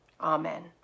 Amen